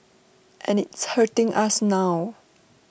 and it's hurting us now